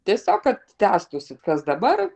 tiesiog kad tęstųsi kas dabar